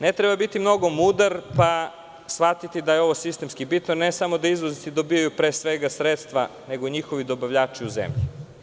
Ne treba biti mnogo mudar pa shvatiti da je ovo sistemski bitno, ne samo da izvoznici dobijaju sredstva, nego i njihovi dobavljači u zemlji.